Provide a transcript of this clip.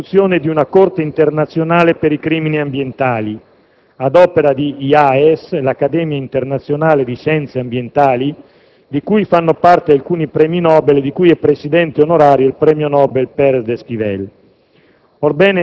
per l'istituzione di una Corte internazionale per i crimini ambientali a opera dell'IAES, l'Accademia internazionale di scienze ambientali, di cui fanno parte alcuni premi Nobel e di cui è presidente onorario il premio Nobel Perez Esquivel.